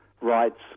rights